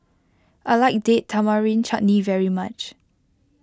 I like Date Tamarind Chutney very much